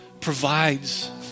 provides